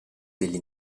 degli